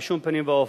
בשום פנים ואופן.